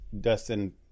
Dustin